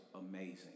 amazing